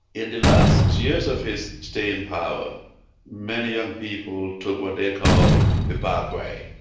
in the last years of his stay in power many young people took what they called the back way.